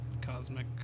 cosmic